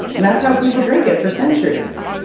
and that's how people drank it for centuries.